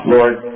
Lord